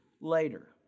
later